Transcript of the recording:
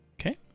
Okay